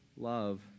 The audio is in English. love